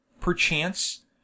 perchance